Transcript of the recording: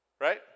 Right